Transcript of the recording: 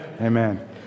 Amen